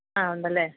ആ ഉണ്ടല്ലേ